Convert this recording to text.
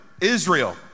Israel